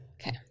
Okay